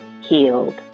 healed